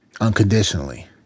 unconditionally